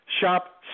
Shop